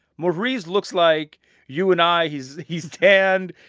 mohriez looks like you and i. he's he's tanned.